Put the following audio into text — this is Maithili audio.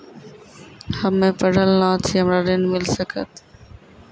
हम्मे पढ़ल न छी हमरा ऋण मिल सकत?